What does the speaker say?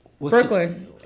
Brooklyn